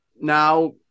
now